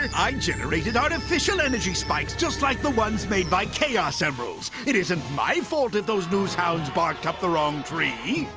i generated artificial energy spikes just like the ones made by chaos emeralds. it isn't my fault that those news hounds barked up the wrong tree.